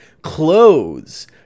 clothes